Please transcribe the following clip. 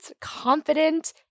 confident